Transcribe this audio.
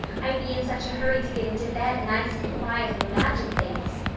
i'd be in such a hurry to get into bed nice and quiet and imagine things.